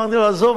אמרתי לו: עזוב,